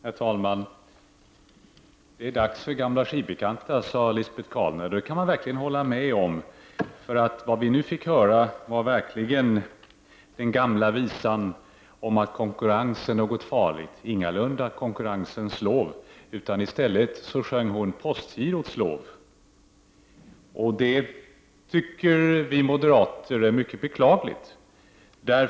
Herr talman! Det är dags för gamla skivbekanta, menade Lisbet Calner. Ja, det kan jag verkligen hålla med om. Vad vi nyss fick höra var verkligen den gamla visan om att konkurrens är någonting farligt. Det var ingalunda konkurrensens lov. I stället sjöng hon postgirots lov. Vi moderater tycker att det här är mycket beklagligt.